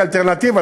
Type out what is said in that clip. כאלטרנטיבה,